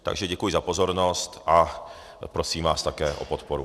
Takže děkuji za pozornost a prosím vás také o podporu.